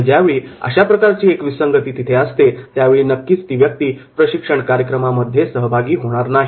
आणि ज्यावेळी अशा प्रकारची एक विसंगती तिथे असते त्यावेळी नक्कीच ती व्यक्ती प्रशिक्षण कार्यक्रमामध्ये सहभागी होणार नाही